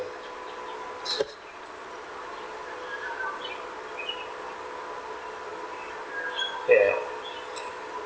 ya